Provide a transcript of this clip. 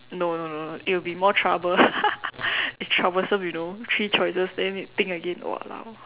no no no it will be more trouble troublesome you know three choices than need to think again !walao!